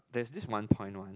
there's this one point one